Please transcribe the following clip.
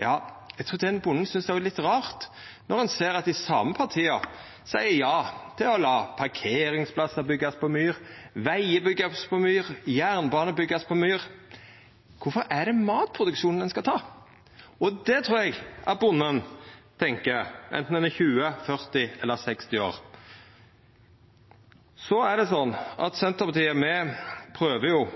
òg synest det er litt rart når han ser at dei same partia seier ja til å lata parkeringsplassar verta bygde på myr, lata vegar verta bygde på myr, lata jernbane verta bygd på myr. Kvifor er det matproduksjonen ein skal ta? Det trur eg bonden tenkjer, anten han er 20, 40 eller 60 år. Senterpartiet prøver å få fleirtal og å trekkja politikken i den retninga som me ønskjer. Me såg – me var jo